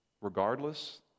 regardless